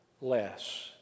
less